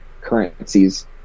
currencies